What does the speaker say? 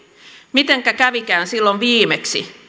mitenkä kävikään silloin viimeksi